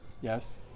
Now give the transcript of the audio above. yes